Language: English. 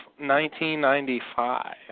1995